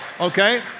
Okay